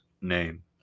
name